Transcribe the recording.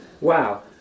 Wow